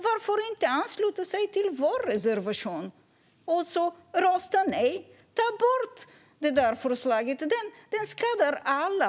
Varför ansluter ni er inte till vår reservation och röstar nej? Ta bort det där förslaget! Det skadar alla.